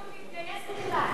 להתגייס בכלל,